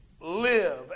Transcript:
Live